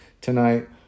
tonight